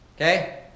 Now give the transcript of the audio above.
Okay